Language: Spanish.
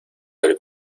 del